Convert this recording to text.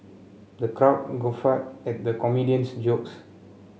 the crowd guffawed at the comedian's jokes